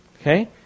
Okay